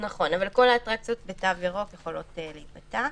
נכון, אבל כל האטרקציות בתו ירוק יכולות להיפתח.